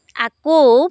আকৌ